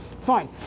Fine